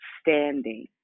standing